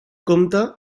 compte